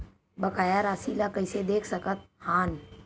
बकाया राशि ला कइसे देख सकत हान?